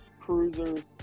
cruisers